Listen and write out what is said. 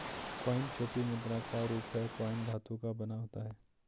coin छोटी मुद्रा का रूप है कॉइन धातु का बना होता है